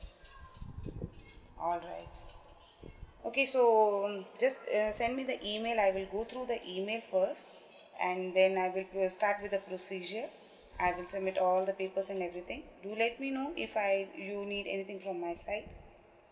all right okay so just uh send me the email I will go through the email first and then I will will start with the procedure I will submit all the papers and everything do let me know if I you need anything from my side